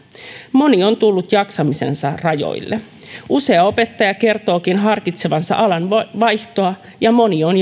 moni on tullut jaksamisensa rajoille usea opettaja kertookin harkitsevansa alanvaihtoa ja moni on